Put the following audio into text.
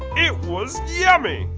it was yummy!